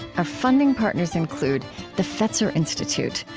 our funding partners include the fetzer institute,